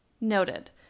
Noted